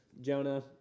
Jonah